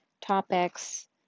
topics